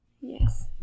Yes